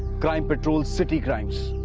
crime patrol city crimes.